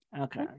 Okay